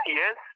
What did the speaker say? yes